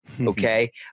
Okay